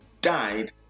died